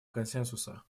консенсуса